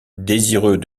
désireux